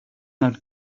not